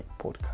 podcast